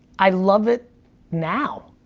i love it now.